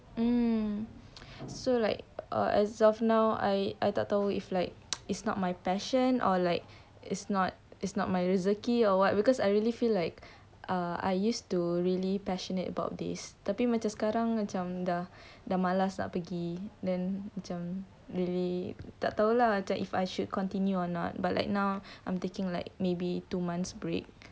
hmm so like uh as of now I I tak tahu if like it's not my passion or like it's not it's not my rezeki or what because I really feel like uh I used to really passionate about this tapi macam sekarang macam dah malas nak pergi then macam really tak tahu lah if I should continue or not but like now I'm taking like maybe two months break